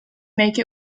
make